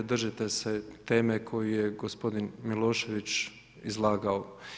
Držite se teme koju je gospodin Milošević izlagao.